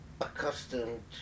accustomed